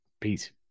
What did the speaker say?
Peace